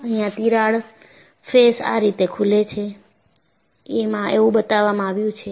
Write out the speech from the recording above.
અહીંયા તિરાડ ફેસ આ રીતે ખુલે છે એવું બતાવામાં આવ્યું છે